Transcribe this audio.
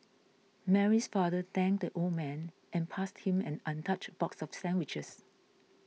Mary's father thanked the old man and passed him an untouched box of sandwiches